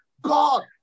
God